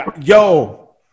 Yo